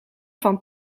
van